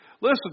Listen